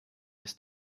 his